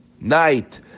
night